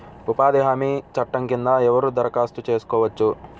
ఉపాధి హామీ చట్టం కింద ఎవరు దరఖాస్తు చేసుకోవచ్చు?